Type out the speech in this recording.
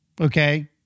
Okay